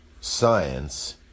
science